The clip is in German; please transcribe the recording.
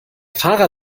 fahrer